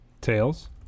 Tails